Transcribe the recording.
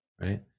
right